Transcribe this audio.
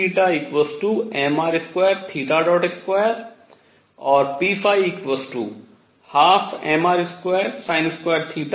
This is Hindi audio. और prmr pmr22 और p12mr22